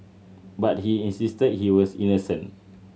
but he insisted he was innocent